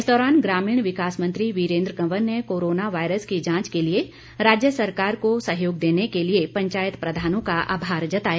इस दौरान ग्रामीण विकास मंत्री वीरेन्द्र कंवर ने कोरोना वायरस की जांच के लिए राज्य सरकार को सहयोग देने के लिए पंचायत प्रधानों का आभार जताया